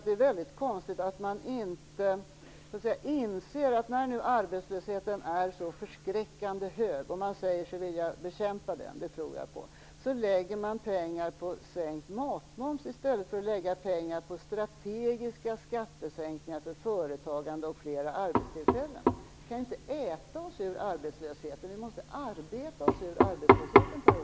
Det är väldigt konstigt att man när arbetslösheten nu är så förskräckande hög och man säger sig vilja bekämpa den - det tror jag på - lägger pengar på sänkt matmoms i stället för att lägga pengar på strategiska skattesänkningar för företagande och flera arbetstillfällen. Vi kan ju inte äta oss ur arbetslösheten. Vi måste arbeta oss ur arbetslösheten, Per-Ola Eriksson.